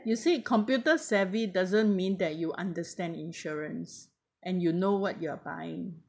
you see computer savvy doesn't mean that you understand insurance and you know what you are buying